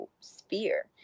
sphere